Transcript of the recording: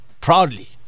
proudly